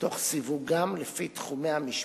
תוך סיווגם לפי תחומי המשפט.